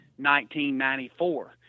1994